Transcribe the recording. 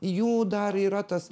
jų dar yra tas